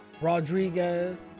Rodriguez